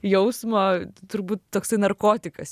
jausmo turbūt toksai narkotikas